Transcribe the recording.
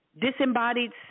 disembodied